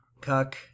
Cuck